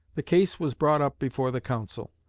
the case was brought up before the council.